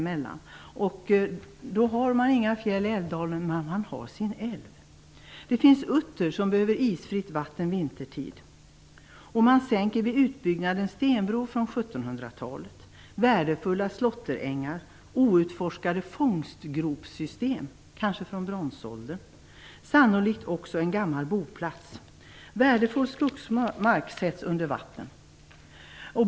Man har inga fjäll i Älvdalen, men man har sin älv. Där finns utter som behöver isfritt vatten vintertid. Man sänker vid utbyggnaden en stenbro från 1700-talet, värdefulla slåtterängar, outforskade fångstgropssystem, kanske från bronsåldern, sannolikt också en gammal boplats. Värdefull skogsmark sätts under vatten.